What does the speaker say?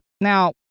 Now